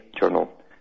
Journal